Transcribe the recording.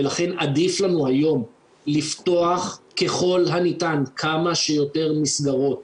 ולכן עדיף לנו היום לפתוח ככל הניתן כמה שיותר מסגרות